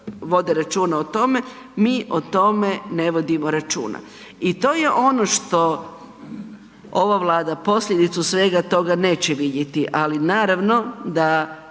vode računa o tome, mi o tome ne vodimo računa. I to je ono što ova Vlada posljedicu svega toga neće vidjeti, ali naravno da